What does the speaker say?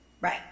Right